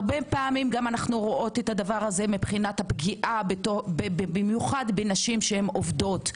הרבה פעמים אנו רואות זאת בפגיעה במיוחד בנשים שעובדות,